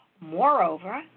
Moreover